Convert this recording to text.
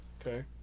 Okay